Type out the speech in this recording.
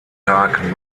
tag